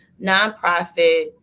nonprofit